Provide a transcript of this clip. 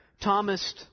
Thomas